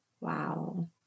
Wow